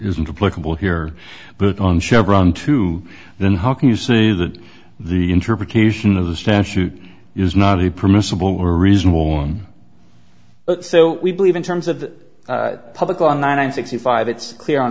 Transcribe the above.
isn't a political here but on chevron two then how can you say that the interpretation of the statute is not a permissible reasonable so we believe in terms of the public on nine hundred sixty five it's clear on